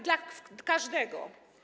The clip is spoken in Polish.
dla każdego.